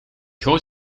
goot